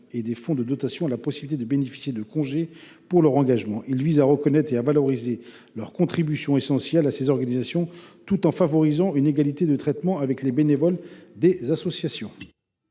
et des fonds de dotation la possibilité de bénéficier de congés pour leur engagement. Il vise à reconnaître et à valoriser leur contribution essentielle à ces organisations, tout en favorisant une égalité de traitement avec les bénévoles des associations.